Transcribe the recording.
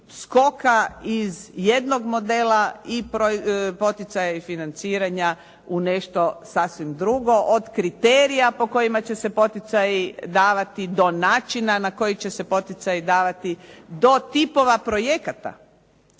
iz jednog modela i poticaja i financiranja u nešto sasvim drugo, od kriterija po kojima će se poticaji davati do načina na koji će se poticaji davati do tipova projekata